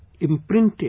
imprinted